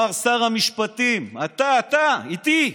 אמר שר המשפטים, אתה, אתה, איתי,